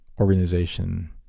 organization